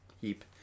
heap